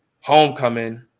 homecoming